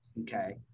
okay